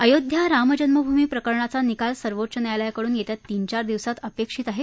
अयोध्या रामजन्मभूमी प्रकरणाचा निकाल सर्वोच्य न्यायालयाकडून येत्या तीन चार दिवसात अपेक्षित आहे